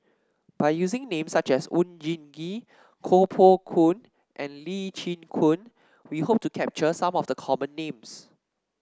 by using names such as Oon Jin Gee Koh Poh Koon and Lee Chin Koon we hope to capture some of the common names